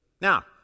Now